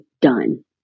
done